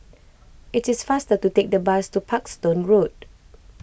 it is faster to take the bus to Parkstone Road